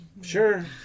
Sure